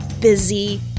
busy